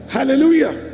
Hallelujah